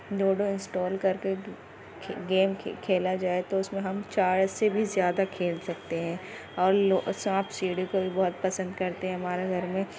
ludo install کر کے game کھیلا جائے تو اس میں ہم چار سے بھی زیادہ کھیل سکتے ہیں اور لو سانپ سیڑھی کو بھی بہت پسند کرتے ہیں ہمارے گھر میں